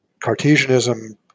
Cartesianism